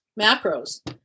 macros